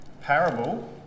parable